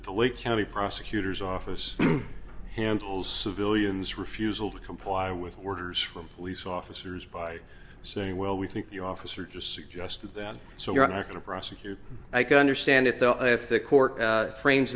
e lake county prosecutor's office handles civilians refusal to comply with orders from police officers by saying well we think the officer just suggested that so you're not going to prosecute i can understand it though if the court frames